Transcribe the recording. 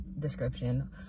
description